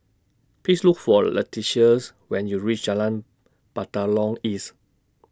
Please Look For Leticias when YOU REACH Jalan Batalong East